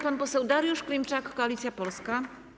Pan poseł Dariusz Klimczak, Koalicja Polska.